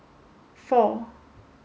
four